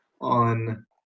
on